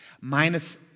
minus